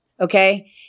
Okay